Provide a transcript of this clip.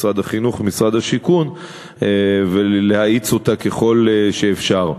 משרד החינוך ומשרד השיכון ולהאיץ אותה ככל שאפשר.